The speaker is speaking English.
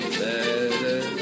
better